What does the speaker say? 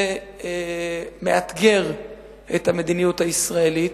זה מאתגר את המדיניות הישראלית,